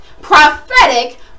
prophetic